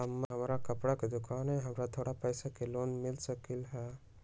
हमर कपड़ा के दुकान है हमरा थोड़ा पैसा के लोन मिल सकलई ह?